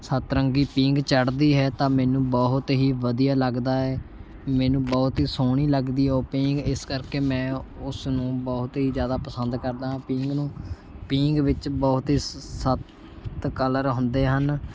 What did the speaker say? ਸਤਰੰਗੀ ਪੀਂਘ ਚੜ੍ਹਦੀ ਹੈ ਤਾਂ ਮੈਨੂੰ ਬਹੁਤ ਹੀ ਵਧੀਆ ਲੱਗਦਾ ਹੈ ਮੈਨੂੰ ਬਹੁਤ ਹੀ ਸੋਹਣੀ ਲੱਗਦੀ ਹੈ ਉਹ ਪੀਂਘ ਇਸ ਕਰਕੇ ਮੈਂ ਉਸ ਨੂੰ ਬਹੁਤ ਹੀ ਜ਼ਿਆਦਾ ਪਸੰਦ ਕਰਦਾ ਹਾਂ ਪੀਂਘ ਨੂੰ ਪੀਂਘ ਵਿੱਚ ਬਹੁਤ ਹੀ ਸੱਤ ਕਲਰ ਹੁੰਦੇ ਹਨ